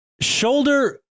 shoulder